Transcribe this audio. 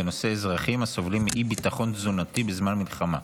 בנושא: אזרחים הסובלים מאי-ביטחון תזונתי בזמן מלחמה.